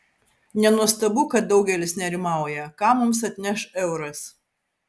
nenuostabu kad daugelis nerimauja ką mums atneš euras